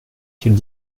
quelle